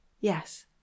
Yes